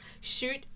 shoot